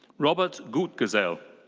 robert gutgesell.